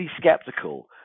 skeptical